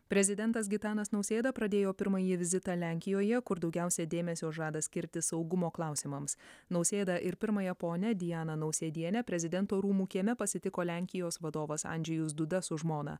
prezidentas gitanas nausėda pradėjo pirmąjį vizitą lenkijoje kur daugiausia dėmesio žada skirti saugumo klausimams nausėdą ir pirmąją ponią dianą nausėdienę prezidento rūmų kieme pasitiko lenkijos vadovas andžejus duda su žmona